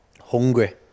hungry